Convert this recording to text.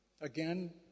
again